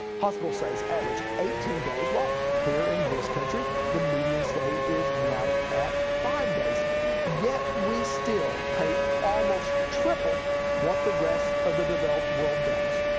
hospital stays average eighteen days while here in this country, the median stay is right at five days yet we still pay almost triple what the rest of the developed world does.